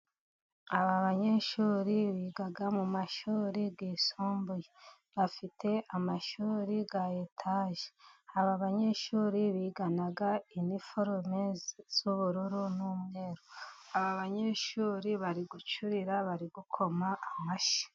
Aba banyeshuri biga mu mashuri yisumbuye bafite amashuri ya etaje, aba banyeshuri bigana iniforume z'ubururu n'umweru, aba banyeshuri bari gucurira, bari gukoma amashyi.